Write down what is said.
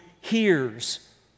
hears